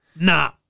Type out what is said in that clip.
Nah